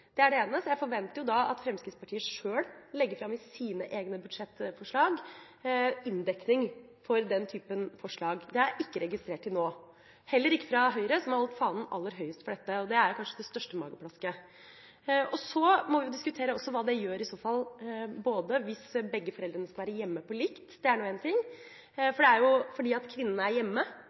Det koster ganske mye penger, det er det ene, så jeg forventer at Fremskrittspartiet sjøl legger fram i sine egne budsjettforslag inndekning for den typen forslag. Det har jeg ikke registrert til nå, heller ikke fra Høyre, som har holdt fanen aller høyest for dette, og det er kanskje det største mageplasket. Så må vi også diskutere hva vi gjør hvis begge foreldrene skal være hjemme på likt, for det er